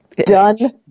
Done